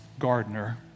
gardener